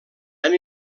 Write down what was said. han